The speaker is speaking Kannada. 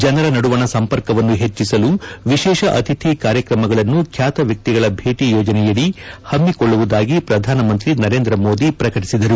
ಜನರ ನಡುವಣ ಸಂಪರ್ಕವನ್ನು ಹೆಚ್ಚಿಸಲು ವಿಶೇಷ ಅತಿಥಿ ಕಾರ್ಯಕ್ರಮಗಳನ್ನು ಖ್ಯಾತ ವ್ಯಕ್ತಿಗಳ ಭೇಟಿ ಯೋಜನೆಯಡಿ ಹಮ್ಮಿಕೊಳ್ಳುವುದಾಗಿ ಪ್ರಧಾನ ಮಂತ್ರಿ ನರೇಂದ್ರ ಮೋದಿ ಪ್ರಕಟಿಸಿದರು